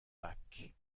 pâques